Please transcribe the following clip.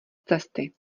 cesty